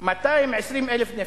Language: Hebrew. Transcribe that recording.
220,000 נפש,